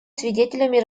свидетелями